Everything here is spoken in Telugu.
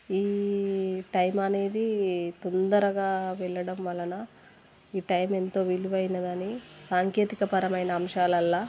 ఈ టైం అనేది తొందరగా వెళ్ళడం వలన ఈ టైం ఎంతో విలువైనదని సాంకేతికపరమైన అంశాలల్లో